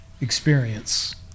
experience